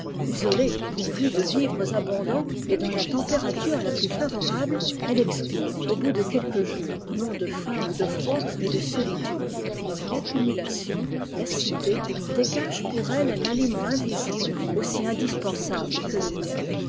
isolée pourvue de vivres abondants et dans la température la plus favorable elle expire au bout de quelques jours non de faim ou de froid mais de solitude l'accumulation la cité dégage pour elle un aliment invisible aussi indispensable que le aiel